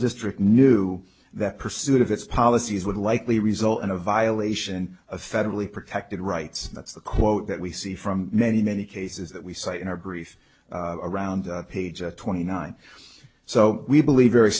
district knew that pursuit of its policies would likely result in a violation of federally protected rights that's the quote that we see from many many cases that we cite in our brief around page twenty nine so we believe very